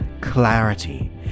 clarity